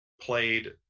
played